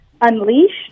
unleashed